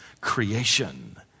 creation